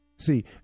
See